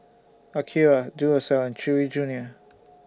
Akira Duracell and Chewy Junior